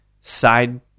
side